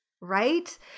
Right